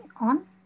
on